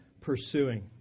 pursuing